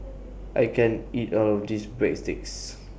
I can't eat All of This Breadsticks